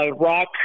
rock